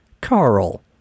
Carl